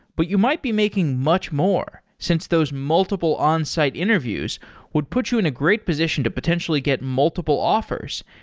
but you might be making much more, since those multiple on-site interviews would put you in a great position to potentially get multiple offers.